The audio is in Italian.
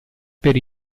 per